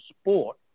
sport